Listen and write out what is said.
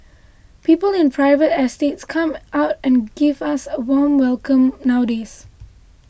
people in private estates actually come out and give us a warm welcome nowadays